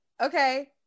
okay